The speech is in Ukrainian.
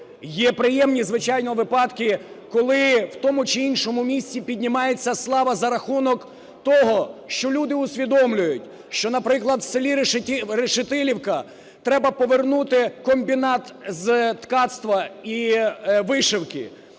Є приємні, звичайно, випадки, коли в тому чи іншому місті піднімається слава за рахунок того, що люди усвідомлюють, що, наприклад, в селі Решетилівка треба повернути комбінат з ткацтва і вишивки,